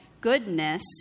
goodness